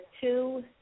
two